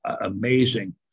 amazing